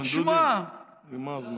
שמע, דודי, נגמר הזמן.